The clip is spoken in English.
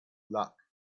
luck